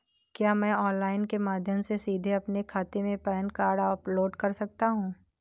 क्या मैं ऑनलाइन के माध्यम से सीधे अपने खाते में पैन कार्ड अपलोड कर सकता हूँ?